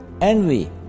envy